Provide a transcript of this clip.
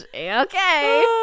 Okay